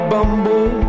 Bumble